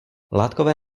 látkové